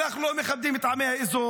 או נטע זר.